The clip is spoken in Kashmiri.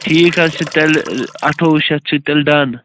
ٹھیٖک حظ چھُ تیٚلہِ اَٹھووُہ شیٚتھ چھُ تیٚلہِ ڈَن